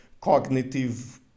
cognitive